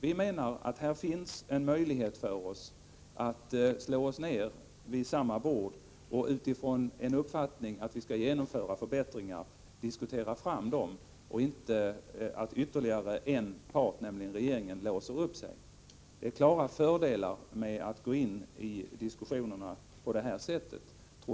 Vi menar att här finns en möjlighet för oss att slå oss ned vid samma bord och diskutera fram de förbättringar som enligt vår uppfattning bör genomföras. Då bör inte en part, nämligen regeringen, låsa upp sig. Jag tror det är klara fördelar för barnfamiljerna att vi går in i diskussionerna på detta sätt.